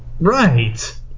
Right